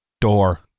door